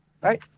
Right